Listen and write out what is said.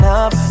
up